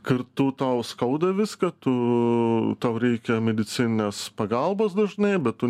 kartu tau skauda viską tu tau reikia medicininės pagalbos dažnai bet tu